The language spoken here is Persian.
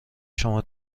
شما